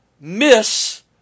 miss